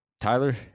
Tyler